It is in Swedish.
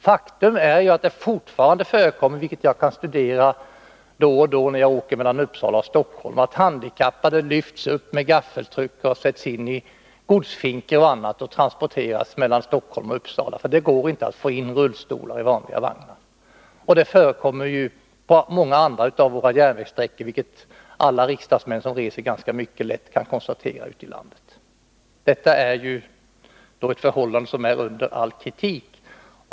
Faktum är att det fortfarande förekommer — vilket jag kan studera då och då när jag åker tåg mellan Uppsala och Stockholm — att handikappade lyfts upp med gaffeltruck och sättsin i godsfinkor för att på så sätt transporteras därför att det inte går att få in rullstolar i vanliga järnvägsvagnar. Detta förekommer också på många andra av våra järnvägssträckor, vilket alla riksdagsmän som reser ganska mycket lätt kan konstatera. Men det är ett förhållande som är under all kritik.